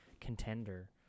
contender